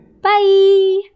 Bye